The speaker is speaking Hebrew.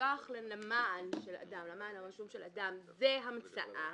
שמשלוח למען הרשום של אדם זה המצאה,